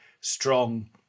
strong